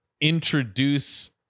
introduce